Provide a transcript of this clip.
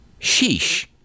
sheesh